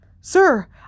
Sir